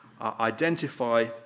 identify